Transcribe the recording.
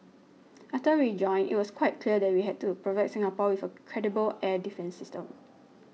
after we joined it was quite clear that we had to provide Singapore with a credible air defence system